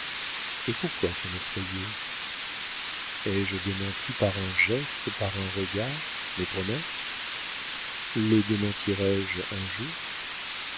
et pourquoi s'en effrayer ai-je démenti par un geste par un regard mes promesses les démentirai je un jour